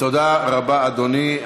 תודה רבה, אדוני.